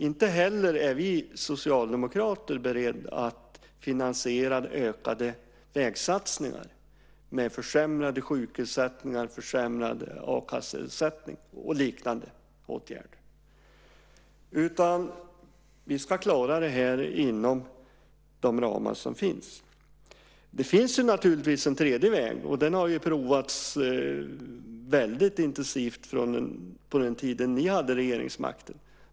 Inte heller är vi socialdemokrater beredda att finansiera ökade vägsatsningar med försämrade sjukersättningar, försämrad a-kasseersättning och liknande åtgärder, utan vi ska klara det här inom de ramar som finns. Det finns naturligtvis en tredje väg, och den har ju provats väldigt intensivt på den tiden då ni hade regeringsmakten.